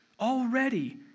already